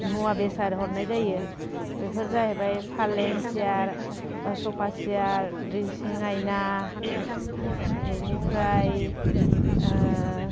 मुवा बेसाद हरनाय जायो बेफोर जाहैबाय फालें सियार सपा सियार द्रेसिं आयना बेनिफ्राय